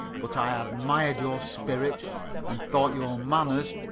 but i admired your spirit and thought your manners,